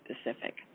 specific